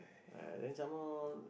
uh then some more